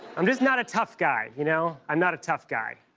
i'm just not a tough guy, you know. i'm not a tough guy.